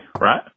right